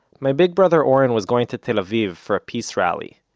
my big brother oren was going to tel aviv, for a peace rally.